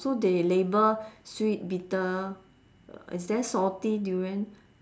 so they label sweet bitter uh is there salty durian